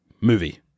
movie